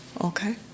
Okay